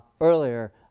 earlier